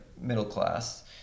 middle-class